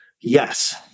Yes